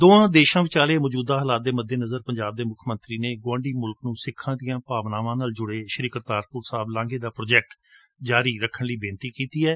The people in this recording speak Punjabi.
ਦੋਵਾਂ ਦੇਸ਼ਾਂ ਵਿਚਾਲੇ ਮੌਜੁਦਾ ਹਾਲਾਤ ਦੇ ਮੱਦੇ ਨਜ਼ਰ ਪੰਜਾਬ ਦੇ ਮੁੱਖ ਮੰਤਰੀ ਨੇ ਗੁਆਂਢੀ ਮੁਲਕ ਨੂੰ ਸਿੱਖਾਂ ਦੀਆਂ ਭਾਵਨਾਵਾਂ ਨਾਲ ਜੁੜੇ ਕਰਤਾਰਪੁਰ ਸਾਹਿਬ ਲਾਘੇ ਦਾ ਪ੍ਰਾਜੈਕਟ ਜਾਰੀ ਰੱਖਣ ਲਈ ਬੇਨਤੀ ਕੀਤੀ ਏ